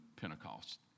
Pentecost